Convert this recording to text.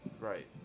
Right